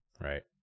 right